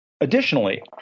Additionally